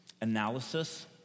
analysis